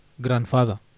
Grandfather